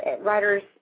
writers